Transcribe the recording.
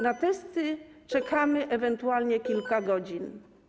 Na testy czekamy ewentualnie kilka godzin.